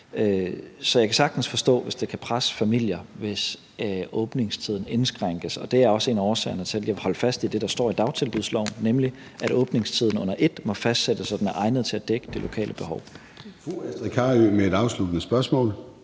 Så jeg kan sagtens forstå, at det kan presse familierne, hvis åbningstiden indskrænkes, og det er også en af årsagerne til, at jeg vil holde fast i det, der står i dagtilbudsloven, nemlig at åbningstiden under ét må fastsættes sådan, at den er egnet til at dække det lokale behov.